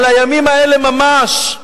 על הימים האלה ממש.